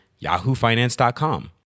yahoofinance.com